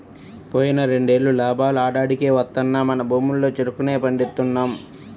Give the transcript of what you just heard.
పోయిన రెండేళ్ళు లాభాలు ఆడాడికే వత్తన్నా మన భూముల్లో చెరుకునే పండిస్తున్నాం